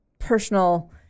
personal